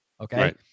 Okay